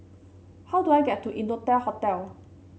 how do I get to Innotel Hotel